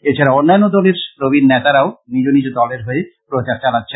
এছাড়া অন্যান্য দলের প্রবীন নেতারা ও নিজ নিজ দলের হয়ে প্রচার চালাচ্ছেন